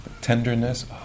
tenderness